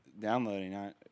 downloading